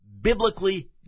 biblically